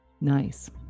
nice